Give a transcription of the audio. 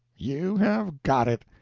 you have got it.